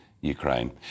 Ukraine